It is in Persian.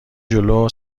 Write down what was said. جلو